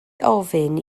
ofyn